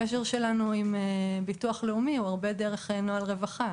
הקשר שלנו עם הביטוח הלאומי הוא הרבה דרך נוהל חרדה.